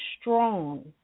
strong